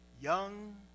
young